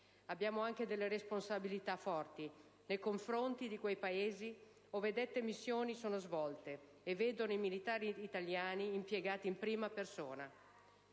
Abbiamo anche delle responsabilità forti nei confronti di quei Paesi ove le missioni sono svolte e vedono i militari italiani impiegati in prima persona.